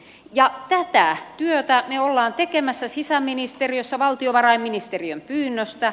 tätä työtä me olemme tekemässä sisäministeriössä valtiovarainministeriön pyynnöstä